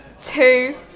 two